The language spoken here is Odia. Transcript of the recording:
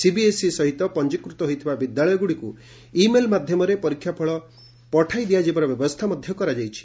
ସିବିଏସ୍ଇ ସହିତ ପଞ୍ଜୀକୃତ ହୋଇଥିବା ବିଦ୍ୟାଳୟଗୁଡିକୁ ଇମେଲ ମାଧ୍ୟମରେ ପରୀକ୍ଷାଫଳ ପଠାଇ ଦିଆଯିବାର ବ୍ୟବସ୍ଥା କରାଯାଇଛି